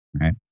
right